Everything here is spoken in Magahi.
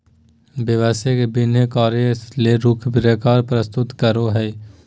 व्यवसाय के विभिन्न कार्य ले रूपरेखा प्रस्तुत करो हइ